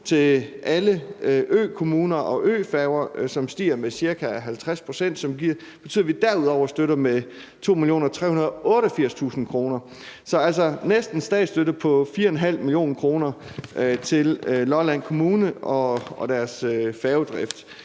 til alle økommuner og øfærger, som stiger med ca. 50 pct., hvilket betyder, at vi derudover støtter med 2.388.000 kr. Så det er altså en statsstøtte på næsten 4,5 mio. kr. til Lolland Kommune og deres færgedrift.